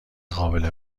قابل